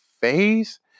face